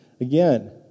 Again